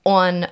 on